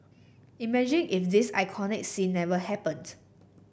imagine if this iconic scene never happened